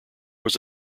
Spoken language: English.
was